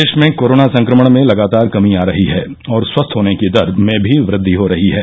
प्रदेश में कोरोना संक्रमण में लगातार कमी आ रही है और स्वस्थ होने की दर में भी वृद्धि हो रही है